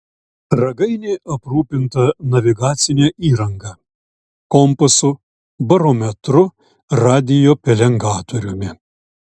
ragainė aprūpinta navigacine įranga kompasu barometru radiopelengatoriumi